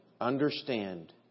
understand